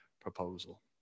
proposal